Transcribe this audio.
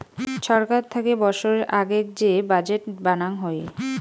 ছরকার থাকি বৎসরের আগেক যে বাজেট বানাং হই